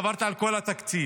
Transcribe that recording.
עברתי על כל התקציב.